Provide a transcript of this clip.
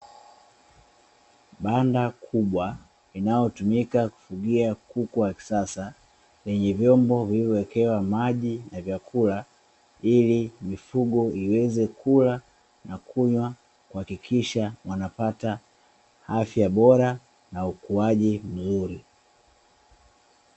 Banda kubwa, linalotumika kufugia kuku wa kisasa, lenye vyombo vilivyowekewa maji na vyakula ili mifugo iweze kula na kunywa, kuhakikisha wanapata afya bora na ukuaji mzuri.